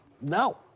No